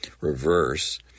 reverse